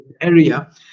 area